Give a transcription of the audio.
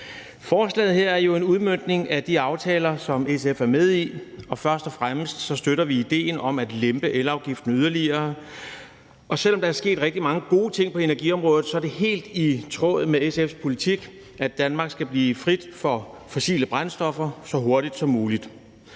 Forslaget her er jo en udmøntning af de aftaler, som SF er med i, og først og fremmest støtter vi idéen om at lempe elafgiften yderligere. Og selv om der er sket rigtig mange gode ting på energiområdet, er det helt i tråd med SF's politik, at Danmark skal blive fri for fossile brændstoffer så hurtigt som muligt.